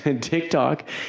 TikTok